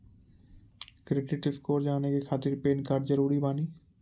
Credit score जाने के खातिर पैन कार्ड जरूरी बानी?